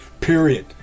Period